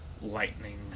lightning